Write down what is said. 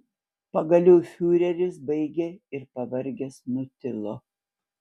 pagaliau fiureris baigė ir pavargęs nutilo